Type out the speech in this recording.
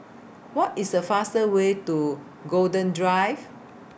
What IS The faster Way to Golden Drive